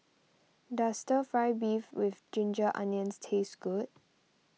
does Stir Fry Beef with Ginger Onions taste good